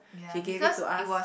she gave it to us